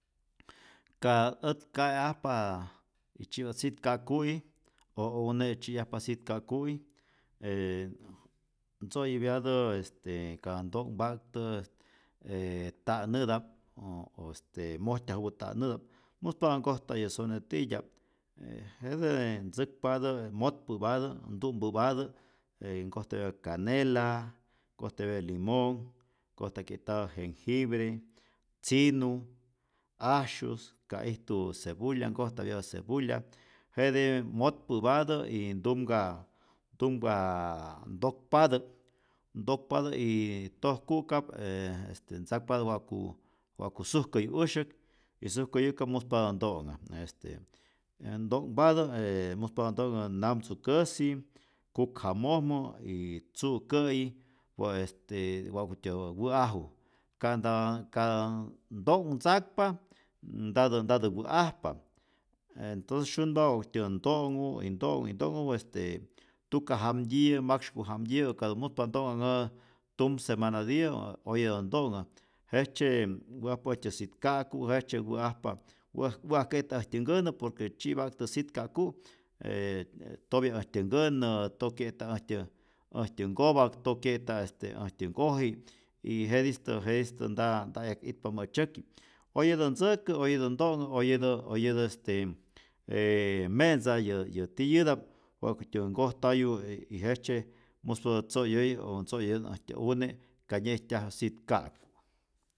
Ka ät ka'e'ajpa y tzyi'pa't sitka'ku'i, o u une'i tzyiyajpa sitka'ku'i ee ntzo'yäpyatä este ka nto'nhpaptä e e ta'näta'p, o o este mojtyajupä ta'näta'p, mujspatä nkojtayä sone titya'p, e jete ntzäkpatä je motpä'patä ntu'mpäpatä je nkojtapyatä kanela, nkojtapyatä limonh, nkojtakye'tatä jenjibre, tzinu, axus, ka ijtu cepulya nkojtapyatä cepulya, jete motpä'patä y ntumka ntumk ntokpatä, ntokpatä yyy tojku'kap ee este ntzakpatä wa'ku wa'ku sujkäyu usyäk y sujkäyu'kap muspatä nto'nha, este e nto'nhpatä ee muspatä nto'nhä namtzukäsi, kukjamojmä, y tzu'kä'yi wa este wa'kutyä wä'aju, ka'nta ka nto'nhtzakpa ntatä ntatä wä'ajpa, entonce syunpa wa'ktyä nto'nhu y nto'nhu y nto'nhu este tuka jamtyiyä, maksyku jamtyiyä, katä muspa nto'nhanhä tum semana'tiyä a ä oyetä nto'nha, jejtzye m wä'ajpa äjtyä sitka'ku, jejtzye wä'ajpa pues wä'ajke'ta äjtyä nkänä por que tzyipa'ktä sitka'ku' e e tyopya äjtyä nkänä, tokye'ta äjtyä äjtyä nkopak, tyokye'ta este äjtyä nkoji y jetistä jetistä nta nta 'yak itpa mä'tzyäki', oyetä ntzäkä, oyetä nto'nhä, oyetä oyetä este ee me'tza yä yä tiyäta'p wa'kutyä nkojtayu e y jetzye musätä tzo'yäyä o ntzoyäyätät äjtyä une' ka nyä'ijtyaj sitka'ku'.